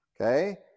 Okay